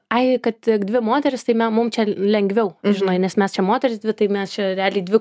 ai kad tik dvi moterys tai mum čia lengviau žinai nes mes čia moterys dvi tai mes čia realiai dvi